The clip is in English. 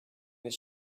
that